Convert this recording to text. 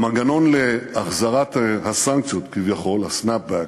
המנגנון להחזרת הסנקציות, כביכול, ה-snap back,